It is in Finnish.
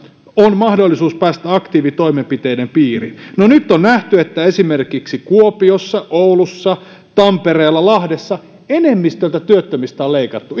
on mahdollisuus päästä aktiivitoimenpiteiden piiriin no nyt on nähty että esimerkiksi kuopiossa oulussa tampereella lahdessa enemmistöltä työttömistä on leikattu